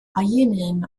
aieneen